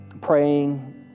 praying